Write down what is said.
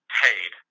paid